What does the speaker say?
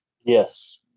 yes